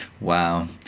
wow